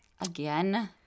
Again